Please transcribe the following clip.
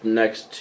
next